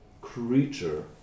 creature